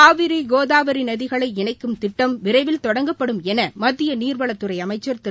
காவிரி கோதாவரி நதிகளை இணைக்கும் திட்டம் விரைவில் தொடங்கப்படும் என மத்திய நீர்வளத்துறை அமைச்சர் திரு